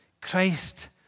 Christ